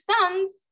sons